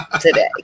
today